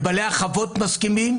גם כשלא הסכמנו אתך,